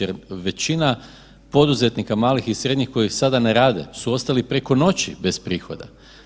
Jer većina poduzetnika malih i srednjih koji sada ne rade, su ostali preko noći bez prihoda.